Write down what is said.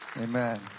Amen